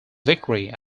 vickery